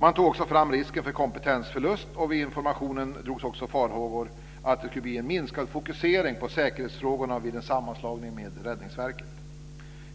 Man tog också fram risken för kompetensförlust. Vid informationen redovisades också farhågor att det skulle bli en minskad fokusering på säkerhetsfrågorna vid en sammanslagning med Räddningsverket.